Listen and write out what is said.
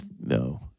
No